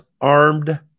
armed